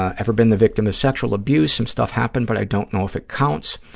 ah ever been the victim of sexual abuse? some stuff happened but i don't know if it counts.